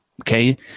okay